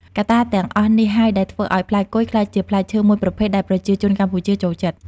កត្តាទាំងអស់នេះហើយដែលធ្វើឱ្យផ្លែគុយក្លាយជាផ្លែឈើមួយប្រភេទដែលប្រជាជនកម្ពុជាចូលចិត្ត។